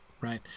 right